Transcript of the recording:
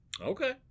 Okay